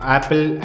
Apple